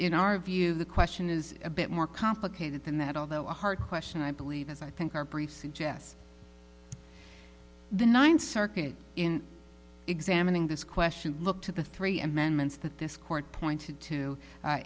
in our view the question is a bit more complicated than that although a hard question i believe as i think our brief suggests the ninth circuit in examining this question look to the three amendments that this court pointed to